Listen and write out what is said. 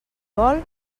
vol